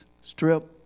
Strip